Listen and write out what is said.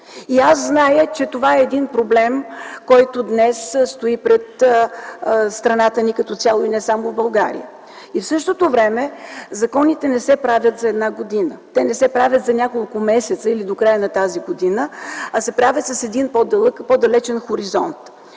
пари. Зная, че това е един проблем, който днес стои пред страната ни като цяло, а и не само в България. В същото време законите не се правят за една година, те не се правят за няколко месеца или до края на тази година, а се правят за един по-дълъг, по-далечен хоризонт.